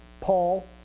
Paul